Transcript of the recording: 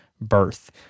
birth